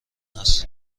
است